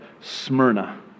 Smyrna